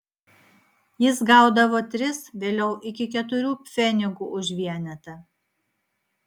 jis gaudavo tris vėliau iki keturių pfenigų už vienetą